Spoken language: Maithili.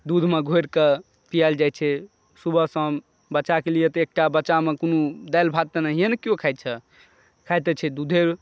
दूधमे घोरिकें पिआओल जाइत छै सुबह शाम बच्चाकेँ लिए तऽ एकटा बच्चामे कोनो दालि भात तऽ नहिए नऽ कियो खाइत छै खाइ तऽ छै दूधे